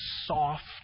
soft